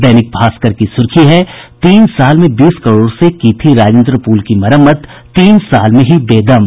दैनिक भास्कर की सुर्खी है तीन साल में बीस करोड़ से की थी राजेन्द्र पुल की मरम्मत तीन साल में ही बेदम